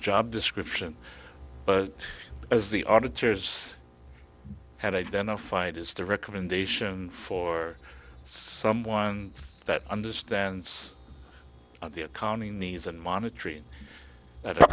job description but as the auditors had identified is the recommendation for someone that understands the accounting needs and monitoring at